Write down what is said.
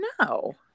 No